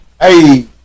Hey